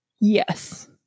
Yes